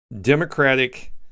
Democratic